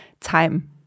time